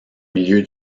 milieu